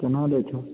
केना दै छौ